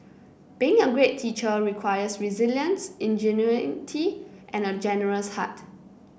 being a great teacher requires resilience ingenuity and a generous heart